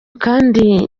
kandi